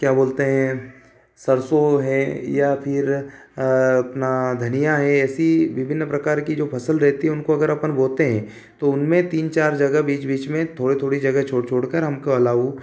क्या बोलते हैं सरसों है या फिर अपना अपन बोते हैं तो उनमें तीन चार जगह बीच बीच में थोड़ी थोड़ी जगह छोड़कर छोड़कर हमको अलाव